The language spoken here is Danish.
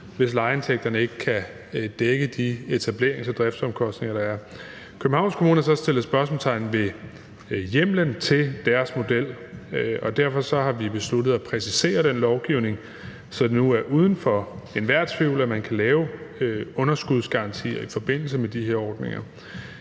hvis lejeindtægterne ikke kan dække de etablerings- og driftsomkostninger, der er. Københavns Kommune har så sat spørgsmålstegn ved hjemmelen til deres model, og derfor har vi besluttet at præcisere den lovgivning, så det nu er uden for enhver tvivl, at man kan lave underskudsgarantier i forbindelse med de her ordninger.